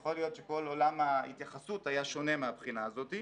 יכול להיות שכל עולם ההתייחסות היה שונה מהבחינה הזאת.